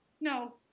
no